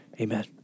Amen